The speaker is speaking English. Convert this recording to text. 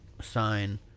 Sign